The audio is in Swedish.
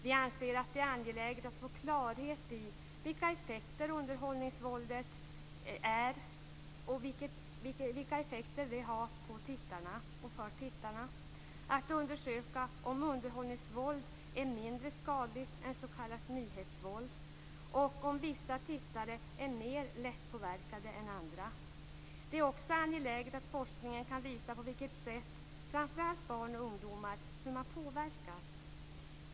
Vi anser att det är angeläget att få klarhet i vilka effekter underhållningsvåldet har på tittarna, att undersöka om underhållningsvåld är mindre skadligt än s.k. nyhetsvåld och om vissa tittare är mer lättpåverkade än andra. Det är också angeläget att forskningen kan visa på vilket sätt framför allt barn och ungdomar påverkas.